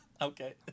Okay